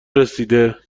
رسیده